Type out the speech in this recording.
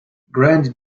grand